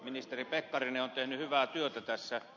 ministeri pekkarinen on tehnyt hyvää työtä tässä